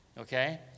okay